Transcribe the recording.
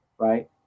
Right